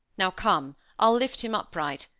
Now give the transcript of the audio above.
now, come i'll lift him upright,